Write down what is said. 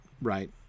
right